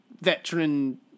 veteran